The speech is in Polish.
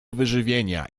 wyżywienia